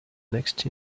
next